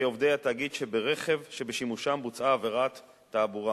עובדי התאגיד שברכב שבשימושם בוצעה עבירת תעבורה,